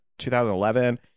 2011